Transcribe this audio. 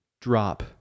drop